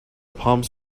palms